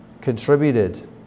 contributed